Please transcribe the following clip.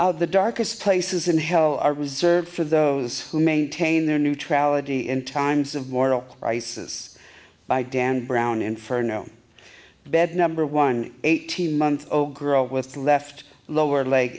uh the darkest places in hell are reserved for those who maintain their neutrality in times of moral crisis by dan brown inferno bed number one eighteen month old girl with left lower leg